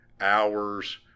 hours